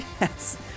Yes